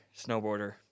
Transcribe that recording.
snowboarder